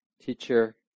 teacher